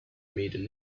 maiden